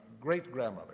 great-grandmother